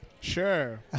Sure